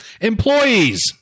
employees